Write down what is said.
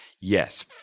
Yes